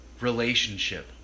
relationship